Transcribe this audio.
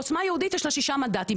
עוצמה יהודית יש לה שישה מנדטים,